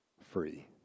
free